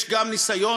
יש גם ניסיון,